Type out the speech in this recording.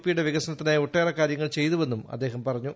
പിയുടെ വികസനത്തിനായി ഒട്ടേറെ കാര്യങ്ങൾ ചെയ്തുവെന്നും അദ്ദേഹം പറഞ്ഞു